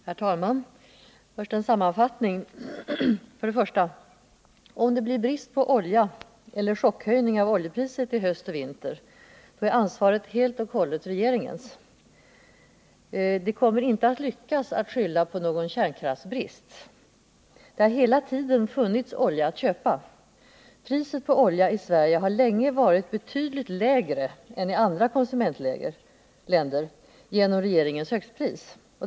Herr talman! Först en sammanfattning. 1. Om det blir brist på olja eller chockhöjning av oljepriset i höst och vinter är ansvaret helt och hållet regeringens. Man kommer inte att lyckas, om man försöker skylla på någon kärnkraftsbrist. Det har hela tiden funnits olja att köpa. Priset på olja i Sverige har länge varit betydligt lägre än i andra att trygga tillgången på olja konsumentländer genom regeringens högstpris.